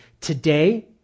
today